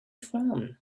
from